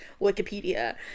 Wikipedia